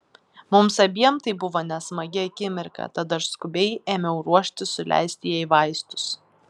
mums abiem tai buvo nesmagi akimirka tad aš skubiai ėmiau ruoštis suleisti jai vaistus